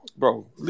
Bro